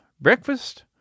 breakfast